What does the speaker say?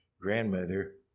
grandmother